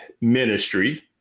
ministry